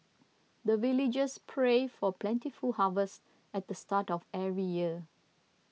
the villagers pray for plentiful harvest at the start of every year